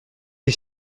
les